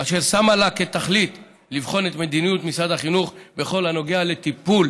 אשר שמה לה כתכלית לבחון את מדיניות משרד החינוך בכל הנוגע לטיפול